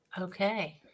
Okay